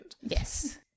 Yes